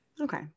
Okay